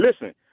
Listen